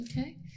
Okay